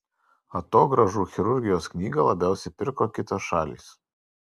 atogrąžų chirurgijos knygą labiausiai pirko kitos šalys